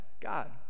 god